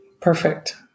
Perfect